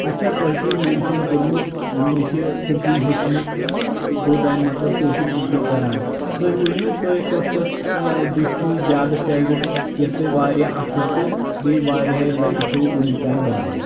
آچھا تۄہہِ چھُو میٚنشن کوٚرمُت مےٚ چھِ کُکِنٛگ ہیٚچھمٕژ تہٕ گوٚو تمیٛک مطلب تُہۍ چھُو کُکِنٛگ کَران تُہۍ ؤنِو تُہۍ کۄس کۄس ٲں ڈِش چھُو زیادٕ فیورِٹ یۄس تۄہہِ وارِیاہ اصٕل تہٕ بیٚیہِ وارِیاہہِ لٹہِ چھُو وُنیٛک تانۍ بنٲومٕژ